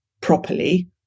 properly